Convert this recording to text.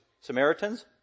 Samaritans